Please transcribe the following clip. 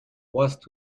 worst